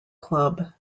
club